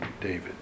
David